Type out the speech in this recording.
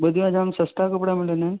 ॿुधियो आहे जाम सस्ता कपिड़ा मिलंदा आहिनि